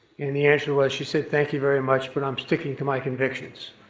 and the answer was, she said, thank you very much, but i'm sticking to my convictions.